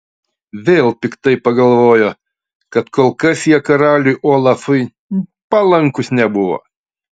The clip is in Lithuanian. vėl piktai pagalvojo kad kol kas jie karaliui olafui palankūs nebuvo